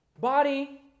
body